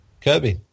Kirby